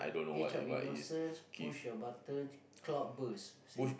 age of innocence push your buttons cloudburst see